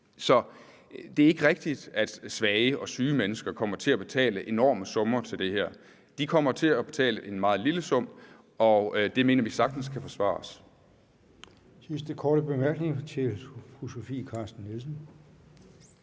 Så det er ikke rigtigt, at svage og syge mennesker kommer til at betale enorme summer til det her. De kommer til betaling meget lille sum, og det mener vi sagtens kan forsvares.